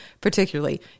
particularly